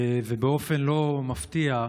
ובאופן לא מפתיע,